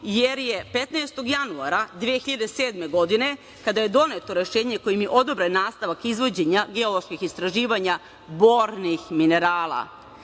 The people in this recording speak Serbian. jer je 15. januara 2007. godine, kada je doneto rešenje kojim je odobren nastavak izvođenja geoloških istraživanja bornih minerala,